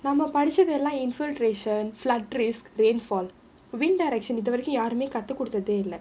நம்ம படிச்சது எல்லாம்:namma padichathu ellaam infiltration flood risk rainfall wind direction இது வரைக்கும் யாருமே கத்துகுடுததே இல்ல:ithu varaikkum yaarumae kathukuduthathae illa